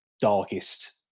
darkest